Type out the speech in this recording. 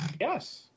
Yes